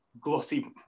glossy